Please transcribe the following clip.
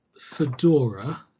fedora